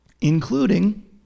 including